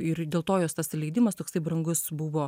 ir dėl to jos tas ir leidimas toksai brangus buvo